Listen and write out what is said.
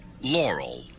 Laurel